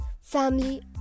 family